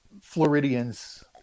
floridians